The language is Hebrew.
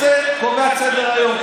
קובע את סדר-היום,